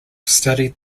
studied